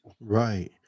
Right